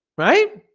right